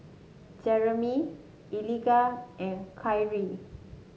Jeremie Eliga and Kyree